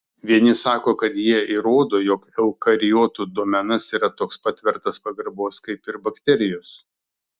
vieni sako kad jie įrodo jog eukariotų domenas yra toks pat vertas pagarbos kaip ir bakterijos